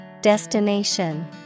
Destination